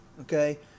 okay